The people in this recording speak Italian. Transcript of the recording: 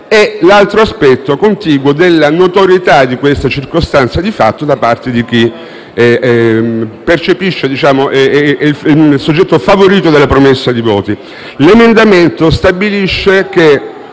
e - altro aspetto contiguo - della notorietà di queste circostanze di fatto da parte del soggetto favorito dalle promesse di voto.